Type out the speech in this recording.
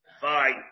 fine